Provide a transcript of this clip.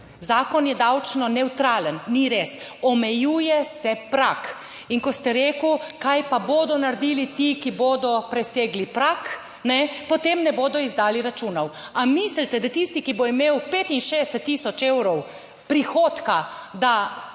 Zakon je davčno nevtralen. Ni res! Omejuje se prag. In ko ste rekli, kaj pa bodo naredili ti, ki bodo presegli prag, kajne, potem ne bodo izdajali računov. Ali mislite, da tisti, ki bo imel 65000 evrov prihodka, da